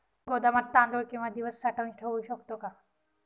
गोदामात तांदूळ किती दिवस साठवून ठेवू शकतो?